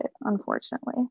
unfortunately